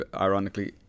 ironically